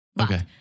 Okay